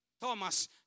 Thomas